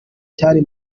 cyari